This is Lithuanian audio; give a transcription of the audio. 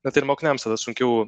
na tai ir mokiniams tada sunkiau